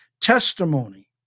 testimony